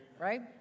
right